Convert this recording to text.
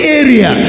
area